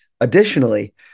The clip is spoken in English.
additionally